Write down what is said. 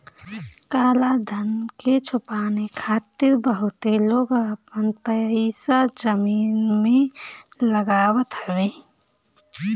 काला धन के छुपावे खातिर बहुते लोग आपन पईसा जमीन में लगावत हवे